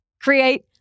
create